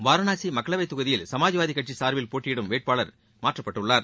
வாரணாசி மக்களவைத் தொகுதியில் சமாஜ்வாதி கட்சி சார்பில் போட்டியிடும் வேட்பாளர் மாற்றப்பட்டுள்ளார்